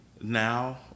now